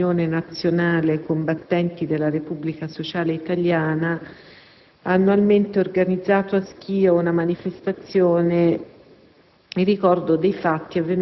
il movimento «Unione Nazionale Combattenti della Repubblica Sociale Italiana» ha annualmente organizzato a Schio una manifestazione